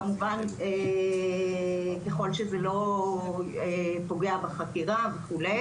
כמובן ככל שזה לא פוגע בחקירה וכו'.